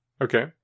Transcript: Okay